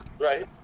right